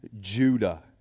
Judah